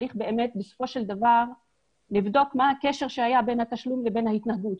בסופו של דבר צריך לבדוק מה הקשר שהיה בין תשלום לבין ההתנהגות.